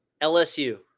LSU